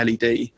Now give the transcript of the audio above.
led